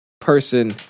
person